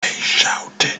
shouted